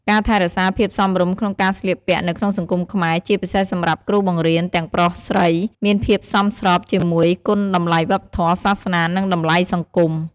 ការថែរក្សាភាពសមរម្យក្នុងការស្លៀកពាក់នៅក្នុងសង្គមខ្មែរ ជាពិសេសសម្រាប់គ្រូបង្រៀនទាំងប្រុសស្រី មានភាពសមស្របជាមួយគុណតម្លៃវប្បធម៌ សាសនា និង តម្លៃសង្គម។